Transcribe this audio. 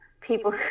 people